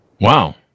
Wow